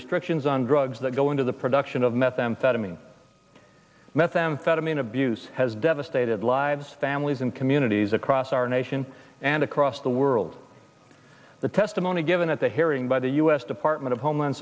restrictions on drugs that go into the production of methamphetamine methamphetamine abuse has devastated lives families and communities across our nation and across the world the testimony given at the hearing by the u s department of homeland